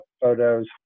photos